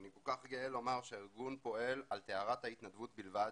אני כל כך גאה לומר שהארגון פועל על טהרת ההתנדבות בלבד